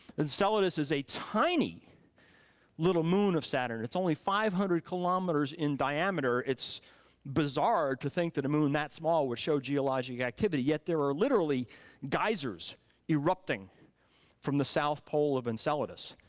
enceladus is tiny tiny little moon of saturn, it's only five hundred kilometers in diameter, it's bizzarre to think that a moon that small would show geological activity, yet there are literally geysers erupting from the south pole of enceladus.